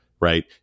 Right